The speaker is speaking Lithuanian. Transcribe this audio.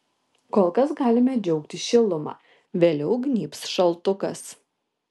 kol kas galime džiaugtis šiluma vėliau gnybs šaltukas